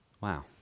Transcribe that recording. Wow